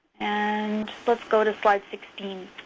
and let's go to slide sixteen.